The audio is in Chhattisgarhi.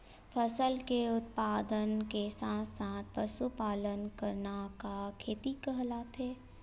फसल के उत्पादन के साथ साथ पशुपालन करना का खेती कहलाथे?